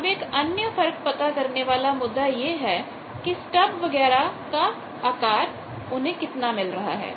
अब एक अन्य फर्क पता करने वाला मुद्दा यह है कि स्टब वगैरह का कितना आकार उन्हें मिल रहा है